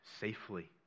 safely